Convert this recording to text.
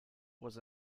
was